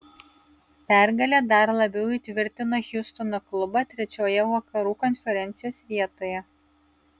pergalė dar labiau įtvirtino hjustono klubą trečioje vakarų konferencijos vietoje